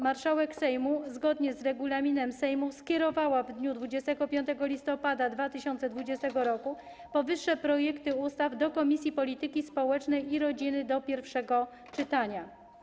Marszałek Sejmu, zgodnie z regulaminem Sejmu, skierowała w dniu 25 listopada 2020 r. powyższe projekty ustaw do Komisji Polityki Społecznej i Rodziny do pierwszego czytania.